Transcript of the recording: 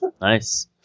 Nice